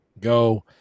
go